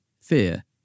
fear